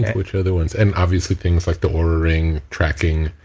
which other ones? and obviously things like the oura ring, tracking.